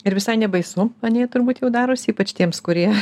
ir visai nebaisu ar ne turbūt jau darosi ypač tiems kurie